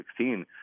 2016